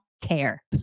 care